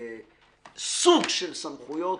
סוג של סמכויות